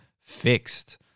fixed